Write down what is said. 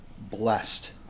blessed